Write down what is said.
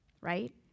right